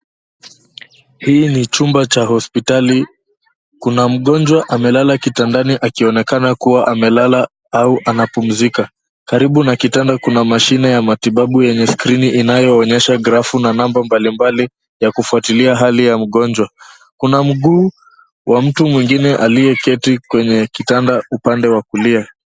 Hii ni chumba cha hospitali. Kuna mgonjwa amelala kitandani akioneka kuwa amelala au anapumzika. Karibu na kitanda kina mashine ya matibabu yenye skrini inayoonyesha graph na namba mbalimbali ya kufuatilia hali ya mgonjwa. Kuna mguu wa mtu mwingine aliyeketi kwenye kitanda upande wa kulia.